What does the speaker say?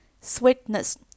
sweetness